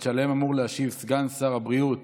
שעליהם אמור להשיב סגן שר הבריאות